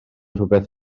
rhywbeth